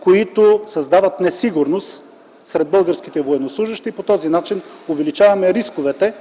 които създават несигурност сред българските военнослужещи и по този начин увеличаваме рисковете